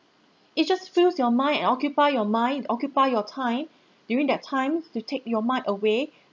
it just fills your mind and occupy your mind occupy your time during that times to take your mind away